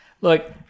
Look